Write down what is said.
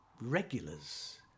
regulars